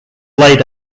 laid